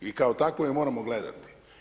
I kao takvu je moramo gledati.